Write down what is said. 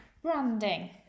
branding